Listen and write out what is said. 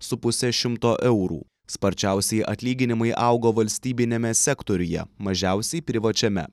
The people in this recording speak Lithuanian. su puse šimto eurų sparčiausiai atlyginimai augo valstybiniame sektoriuje mažiausiai privačiame